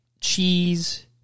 cheese